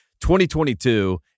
2022